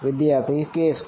વિદ્યાર્થી k2